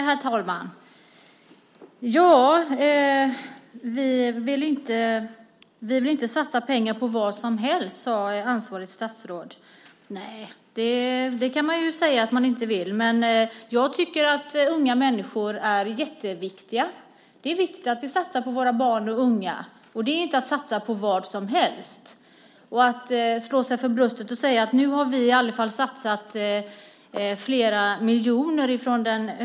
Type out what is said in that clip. Herr talman! Man vill inte satsa pengar på vad som helst, sade ansvarigt statsråd. Nej, det kan man ju säga att man inte vill. Jag tycker att unga människor är jätteviktiga. Det är viktigt att vi satsar på våra barn och unga. Det är inte att satsa på vad som helst. Den högerledda regeringen slår sig för bröstet och säger att man har satsat flera miljoner.